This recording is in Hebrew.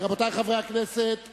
רבותי חברי הכנסת,